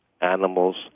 animals